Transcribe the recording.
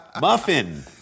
muffin